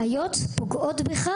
חיות פוגעות בך,